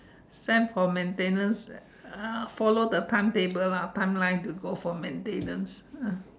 send for maintenance uh follow the timetable lah time line to go for maintenance ah